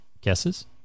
Guesses